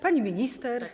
Pani Minister!